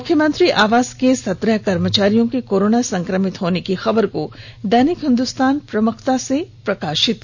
मुख्यमंत्री आवास के सत्रह कर्मचारियों के कोरोना संक्रमित होने की खबर को दैनिक हिंदुस्तान ने प्रमुखता से प्रकाषित किया है